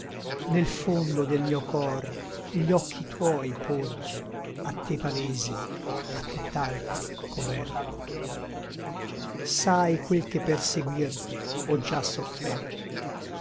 nel fondo del mio cor gli occhi tuoi porgi a te palese a tutt'altri coverto sai quel che per seguirte ò già sofferto